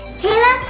taylor,